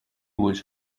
was